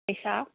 ꯄꯩꯁꯥ